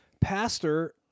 pastor